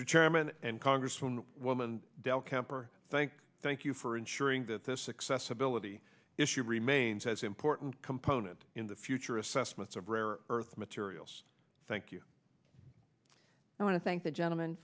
chairman and congressman woman del camper thank thank you for ensuring that this excess ability issue remains as important component in the future assessments of rare earth materials thank you i want to thank the gentleman